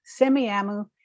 Semiamu